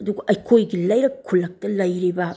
ꯑꯗꯨꯒ ꯑꯩꯈꯣꯏꯒꯤ ꯂꯩꯔꯛ ꯈꯨꯜꯂꯛꯇ ꯂꯩꯔꯤꯕ